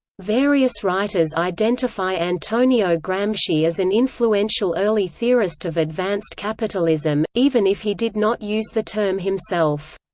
various writers identify antonio gramsci as an influential early theorist of advanced capitalism, even if he did not use the term himself.